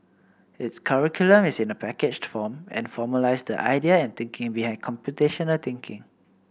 its curriculum is in a packaged form and formalised the idea and thinking behind computational thinking